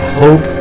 hope